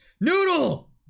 Noodle